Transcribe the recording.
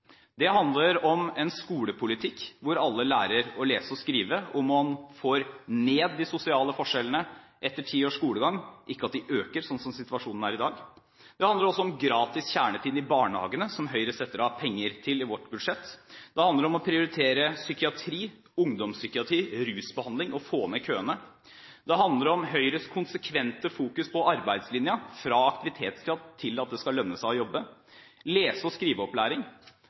Det handler om en skolepolitikk hvor alle lærer å lese og skrive, og hvor man får ned de sosiale forskjellene etter ti års skolegang – ikke at de øker, slik situasjonen er i dag. Det handler også om gratis kjernetid i barnehagene, som Høyre setter av penger til i sitt budsjett. Det handler om å prioritere psykiatri, ungdomspsykiatri og rusbehandling og få ned køene. Det handler om Høyres konsekvente fokus på arbeidslinjen, fra aktivitetskrav til at det skal lønne seg å jobbe. Det handler om lese- og skriveopplæring.